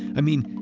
i mean,